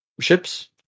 ships